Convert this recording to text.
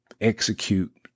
execute